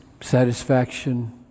satisfaction